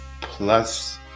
Plus